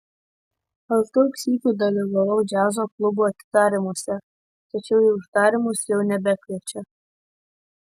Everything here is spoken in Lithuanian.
aš daug sykių dalyvavau džiazo klubų atidarymuose tačiau į uždarymus jau nebekviečia